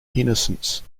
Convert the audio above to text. innocence